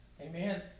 Amen